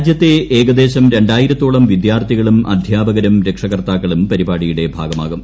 രാജ്യത്തെ ഏകദ്ദേശ്ര രണ്ടായിരത്തോളം വിദ്യാർത്ഥികളും അധ്യാപകരും രക്ഷാകർത്താഴ്ക്കളും പരിപാടിയുടെ ഭാഗമാകും